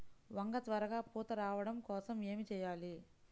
వంగ త్వరగా పూత రావడం కోసం ఏమి చెయ్యాలి?